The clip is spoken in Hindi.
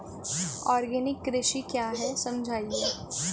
आर्गेनिक कृषि क्या है समझाइए?